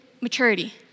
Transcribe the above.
maturity